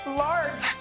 large